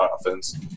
offense